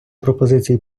пропозиції